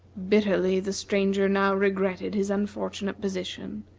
bitterly the stranger now regretted his unfortunate position.